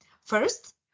First